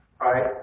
Right